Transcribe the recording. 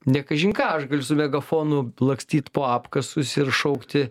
ne kažin ką aš galiu su megafonu lakstyt po apkasus ir šaukti